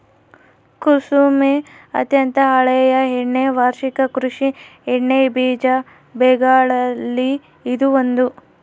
ಕುಸುಮೆ ಅತ್ಯಂತ ಹಳೆಯ ಎಣ್ಣೆ ವಾರ್ಷಿಕ ಕೃಷಿ ಎಣ್ಣೆಬೀಜ ಬೆಗಳಲ್ಲಿ ಇದು ಒಂದು